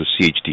CHD